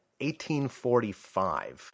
1845